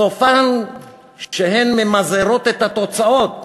סופן שהן ממזערות את התוצאות,